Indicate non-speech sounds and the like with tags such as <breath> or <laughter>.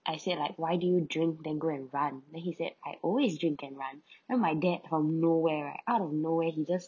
I said like why do you drink then go and run then he said I always drink and run <breath> then my dad from nowhere right out of nowhere he just